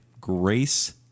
Grace